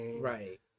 Right